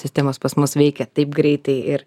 sistemos pas mus veikia taip greitai ir